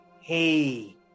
Hey